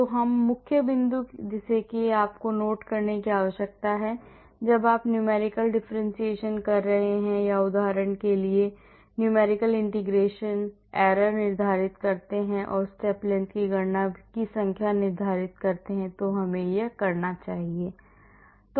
तो यह मुख्य बिंदु है जिसे आपको नोट करने की आवश्यकता है जब आप numerical differentiation कर रहे हैं या उदाहरण के लिए भी numerical integration त्रुटि निर्धारित करती है और step length भी गणना की संख्या निर्धारित करती है जो हमें करना है